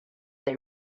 that